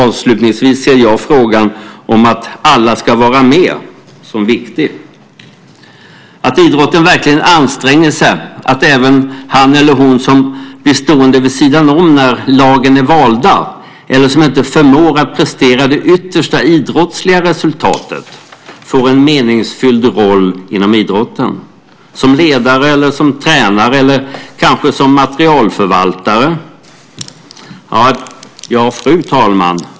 Avslutningsvis ser jag frågan om att alla ska vara med som viktig, att idrotten verkligen anstränger sig för att även han eller hon som blir stående vid sidan om när lagen är valda eller som inte förmår att prestera det yttersta idrottsliga resultatet får en meningsfylld roll inom idrotten, som ledare, tränare eller kanske materialförvaltare. Fru talman!